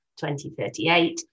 2038